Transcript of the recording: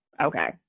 okay